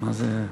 מה זה היה?